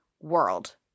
world